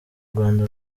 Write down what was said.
rwanda